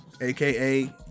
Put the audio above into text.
aka